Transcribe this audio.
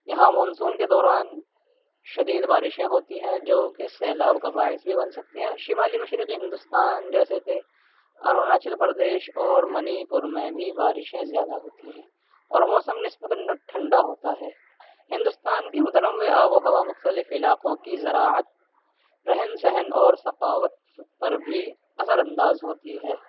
یہاں مونسون کے دوران شدید بارشیں ہوتی ہیں جو کہ سیلاب کا باعث بھی بن سکتی ہیں شمالی مشرقی ہندوستان جیسے کہ اروناچل پردیش اور منی پور میں بھی بارشیں زیادہ ہوتی ہیں اور موسم نسبتاً ٹھنڈا ہوتا ہے ہندوستان کے متنوع آب و ہوا مختلف علاقوں کی ذراعت رہن سہن اور ثقافت پر بھی اثر انداز ہوتی ہے